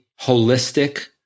holistic